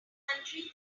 country